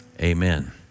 amen